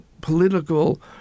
political